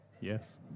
Yes